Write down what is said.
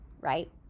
right